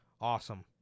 Awesome